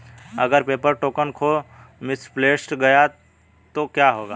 अगर paper token खो misplaced गया तो क्या होगा?